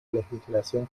legislación